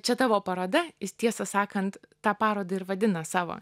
čia tavo paroda jis tiesą sakant tą parodą ir vadina savo